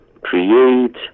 create